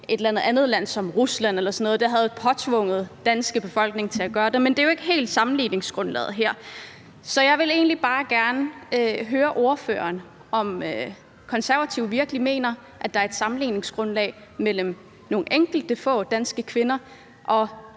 eller sådan noget, der havde påtvunget den danske befolkning at gøre det, men det er jo ikke helt sammenligningsgrundlaget her. Så jeg vil egentlig bare gerne høre ordføreren, om Konservative virkelig mener, at der er et sammenligningsgrundlag mellem nogle få enkelte danske kvinder og